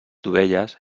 dovelles